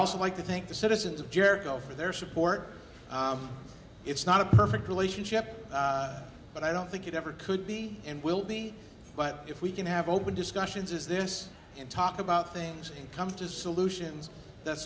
don't like to think the citizens of jericho for their support it's not a perfect relationship but i don't think it ever could be and will be but if we can have open discussions is this and talk about things come to solutions that